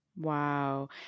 Wow